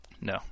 No